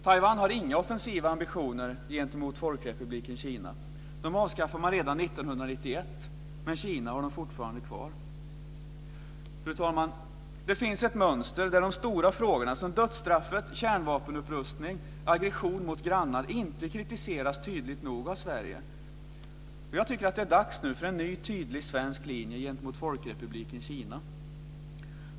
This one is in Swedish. Taiwan har inga offensiva ambitioner gentemot Folkrepubliken Kina. Dem avskaffade man redan 1991, men Kina har fortfarande kvar dem. Fru talman! Det finns ett mönster där de stora frågorna som dödsstraff, kärnvapenupprustning och aggression mot grannar inte kritiseras tydligt nog av Sverige. Jag tycker att det är dags nu för en ny tydlig svensk linje gentemot Folkrepubliken Kina.